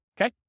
okay